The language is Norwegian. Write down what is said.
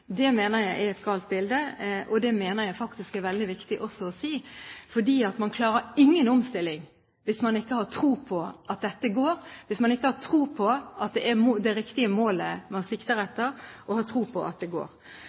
Det mener jeg også er veldig viktig å si, for man klarer ingen omstilling hvis man ikke har tro på at dette går, hvis man ikke har tro på at det er det riktige målet man sikter etter, og har tro på at det går.